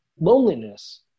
loneliness